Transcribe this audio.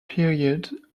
period